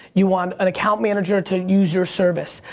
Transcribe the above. you want an account manager to use your service.